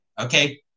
Okay